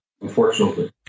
unfortunately